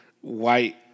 White